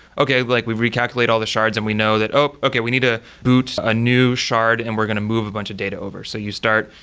okay, like we've recalculate all the shards and we know that, oh, okay we need to boot a new shard shard and we're going to move a bunch of data over. so you start.